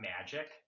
magic